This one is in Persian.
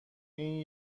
این